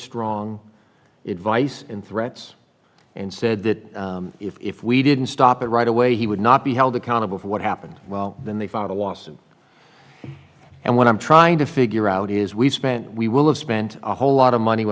strong advice and threats and said that if we didn't stop it right away he would not be held accountable for what happened well then they filed a lawsuit and what i'm trying to figure out is we've spent we will have spent a whole lot of money